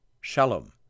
Shalom